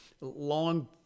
long